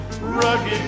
rugged